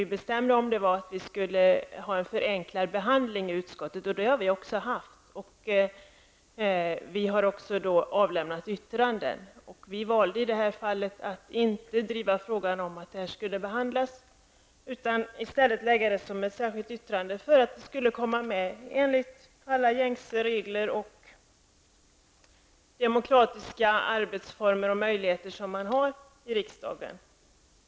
Det utskottet betstämde om var en förenklad hantering i utskottet, och det har vi också haft. De olika partierna har också avlämnat yttranden. Miljöpartiet valde i det här fallet att inte driva frågan om en behandling. I stället valde vi att lägga fram ett särskilt yttrande för att vår uppfattning skulle komma med, enligt alla gängse regler och enligt de demokratiska arbetsformer och möjligheter som finns i riksdagen.